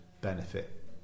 Benefit